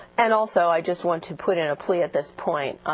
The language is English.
and also i just want to put in a plea, at this point,